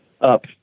up